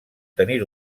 tenir